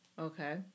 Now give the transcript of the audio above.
Okay